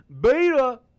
beta